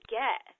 get